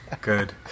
Good